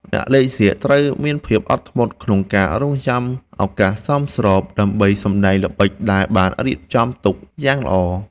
អ្នកលេងសៀកត្រូវមានភាពអត់ធ្មត់ក្នុងការរង់ចាំឱកាសសមស្របដើម្បីសម្តែងល្បិចដែលបានរៀបចំទុកយ៉ាងល្អ។